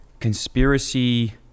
conspiracy